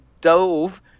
dove